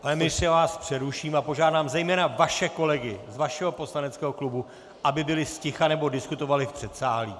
Pane ministře, já vás přeruším a požádám zejména vaše kolegy, vašeho poslaneckého klubu, aby byli zticha nebo diskutovali v předsálí!